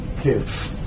kids